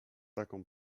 taką